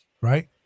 right